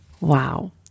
wow